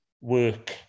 work